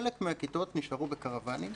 חלק מהכיתות נשארו בקרוואנים,